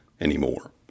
anymore